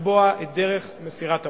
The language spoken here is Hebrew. לקבוע את דרך מסירת ההודעה.